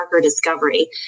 discovery